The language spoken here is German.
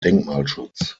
denkmalschutz